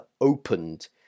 opened